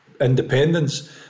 independence